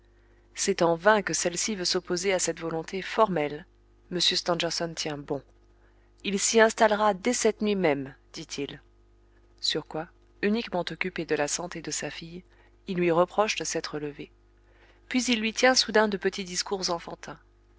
c'est en vain que celle-ci veut s'opposer à cette volonté formelle il s'y installera dès cette nuit même dit-il sur quoi uniquement préoccupé de la santé de sa fille il lui reproche de s'être levée puis il lui tient soudain de petits discours enfantins